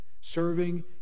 serving